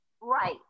Right